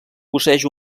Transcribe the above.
posseeix